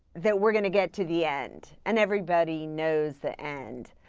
that we're going to get to the end. and everybody knows the end.